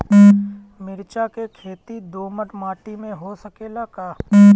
मिर्चा के खेती दोमट माटी में हो सकेला का?